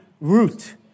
root